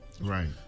Right